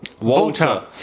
Walter